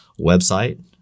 website